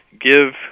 give